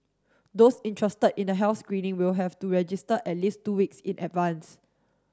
those interested in the health screening will have to register at least two weeks in advance